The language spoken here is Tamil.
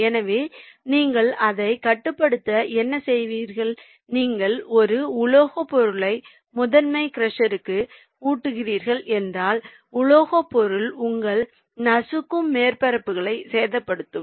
எனவே நீங்கள் அதை கட்டுப்படுத்த என்ன செய்வீர்கள் நீங்கள் ஒரு உலோகப் பொருளை முதன்மை க்ரஷர்க்கு ஊட்டுகிறீர்கள் என்றால் உலோகப் பொருள் உங்கள் நசுக்கும் மேற்பரப்புகளை சேதப்படுத்தும்